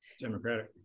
democratic